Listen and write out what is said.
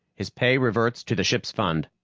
his pay reverts to the ship's fund.